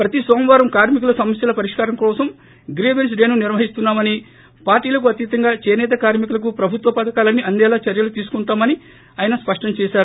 ప్రతి నోమవారం కార్మికుల సమస్వల పరిష్కారం కోసం గ్రీపెన్స్ డే ను నిర్వహిస్తున్నా మని పార్లీలకు అతీతంగా చేసేత కార్మి కులకు ప్రభుత్వ పధకాలన్నీ అందేలా చర్చలు తీసుకుంటామని ఆయన స్పష్టం చేశారు